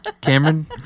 Cameron